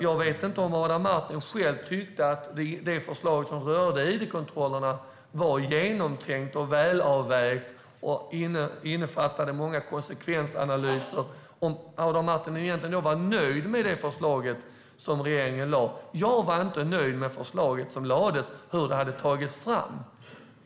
Jag vet inte om Adam Marttinen själv tyckte att det förslag som rörde id-kontrollerna var genomtänkt, välavvägt och innefattade många konsekvensanalyser. Var Adam Marttinen nöjd med det förslag som regeringen lade fram? Jag var inte nöjd med hur förslaget hade tagits fram.